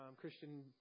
Christian